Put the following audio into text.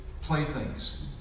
playthings